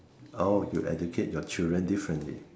oh you educate your children differently